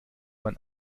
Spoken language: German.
man